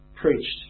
preached